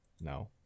No